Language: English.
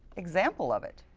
example of it.